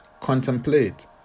contemplate